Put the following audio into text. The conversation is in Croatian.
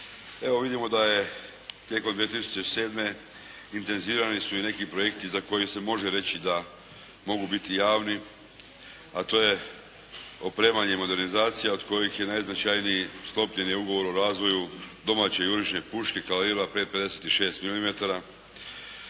Evo vidimo da je tijekom 2007. intenzivirani su i neki projekti za koje se može reći da mogu biti javni a to je opremanje i modernizacija od kojih je najznačajniji sklopljeni ugovor o razvoju domaće jurišne puške "Kanila P 56 mm".